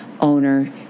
owner